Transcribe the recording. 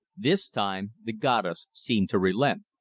this time the goddess seemed to relent.